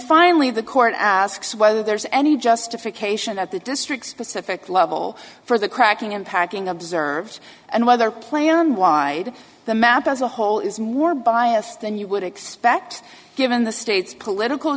finally the court asks whether there's any justification at the district specific level for the cracking and packing observed and whether planned wide the map as a whole is more biased than you would expect given the state's political